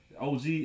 OG